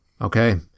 Okay